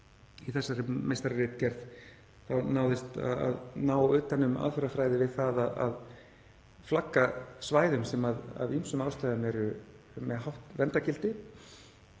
í þessari meistararitgerð náðist að ná utan um aðferðafræði við að flagga svæðum sem af ýmsum ástæðum eru með hátt verndargildi.